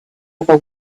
other